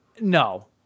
No